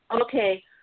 Okay